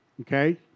Okay